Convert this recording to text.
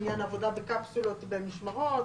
לעניין העבודה בקפסולות ובמשרות,